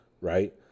right